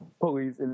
police